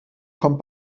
kommt